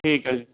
ਠੀਕ ਹੈ ਜੀ